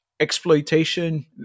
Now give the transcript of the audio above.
exploitation